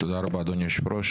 תודה רבה, אדוני היושב-ראש.